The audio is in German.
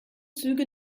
züge